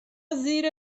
زیر